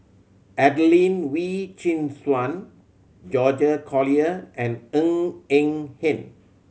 Adelene Wee Chin Suan George Collyer and Ng Eng Hen